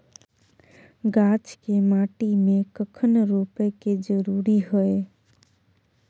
गाछ के माटी में कखन रोपय के जरुरी हय?